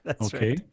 Okay